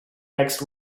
next